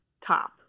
top